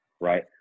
right